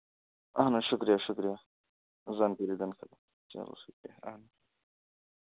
اہَن حظ شُکریہ شُکریہ زانکٲری دَنہٕ خٲطرٕ چلو شُکریہ اَہن حظ